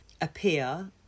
appear